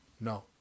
no